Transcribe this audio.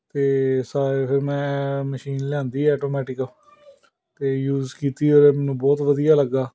ਅਤੇ ਸਾਰੇ ਫਿਰ ਮੈਂ ਮਸ਼ੀਨ ਲਿਆਂਦੀ ਐਟੋਮੈਟਿਕ ਅਤੇ ਯੂਜ ਕੀਤੀ ਔਰ ਮੈਨੂੰ ਬਹੁਤ ਵਧੀਆ ਲੱਗਾ